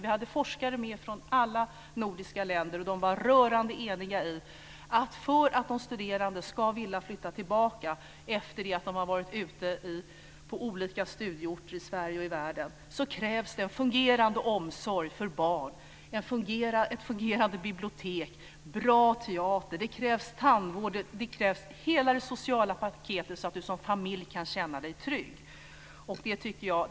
Vi hade forskare med från alla nordiska länder, och de var rörande eniga om att för att de studerande ska vilja flytta tillbaka efter det att de har varit ute på olika studieorter i Sverige och i världen krävs det en fungerande omsorg för barn, ett fungerande bibliotek, bra teater, tandvård, hela det sociala paketet så att man som familj ska kunna känna sig trygg.